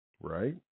right